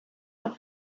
would